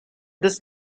this